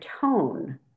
tone